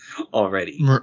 already